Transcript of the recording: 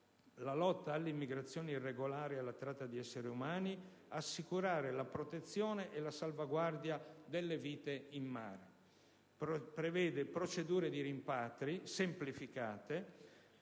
la lotta all'immigrazione irregolare e alla tratta di esseri umani, assicurare la protezione e la salvaguardia delle vite in mare. Prevede procedure di rimpatri semplificate: